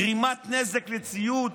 גרימת נזק לציוד,